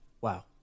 Wow